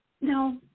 No